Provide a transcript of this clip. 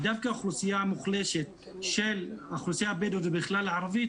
ודווקא האוכלוסייה המוחלשת של האוכלוסייה הבדואית ובכלל הערבית,